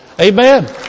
Amen